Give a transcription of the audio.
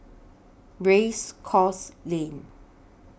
Race Course Lane